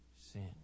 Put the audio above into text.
sin